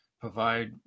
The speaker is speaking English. provide